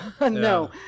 No